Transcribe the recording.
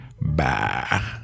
Bye